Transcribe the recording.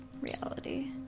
reality